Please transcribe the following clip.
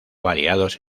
variados